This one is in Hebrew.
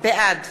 בעד